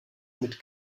mit